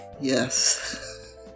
Yes